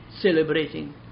celebrating